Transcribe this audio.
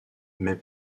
mais